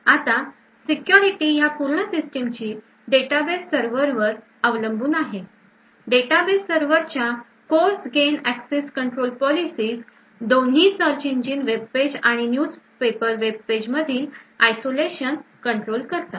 आता security ह्या पूर्ण सिस्टीमची Database सर्वर वर अवलंबून आहे database सर्वर च्या coarse grained access control policies दोन्ही search engine webpage आणि न्युज पेपर webpage मधील आयसोलेशन कंट्रोल करतात